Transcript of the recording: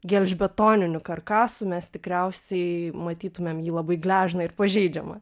gelžbetoninių karkasų mes tikriausiai matytumėm jį labai gležną ir pažeidžiamą